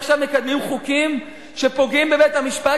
עכשיו מקדמים חוקים שפוגעים בבית-המשפט,